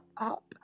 up